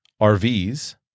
RVs